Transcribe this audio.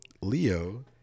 Leo